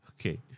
Okay